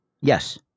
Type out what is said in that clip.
Yes